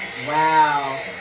Wow